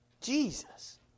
Jesus